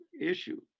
issue